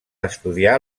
estudiar